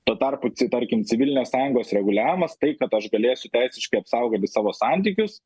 tuo tarpu ci tarkim civilinės sąjungos reguliavimas tai kad aš galėsiu teisiškai apsaugoti savo santykius